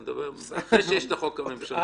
אני מדבר אחרי שיש את החוק הממשלתי.